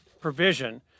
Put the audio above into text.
provision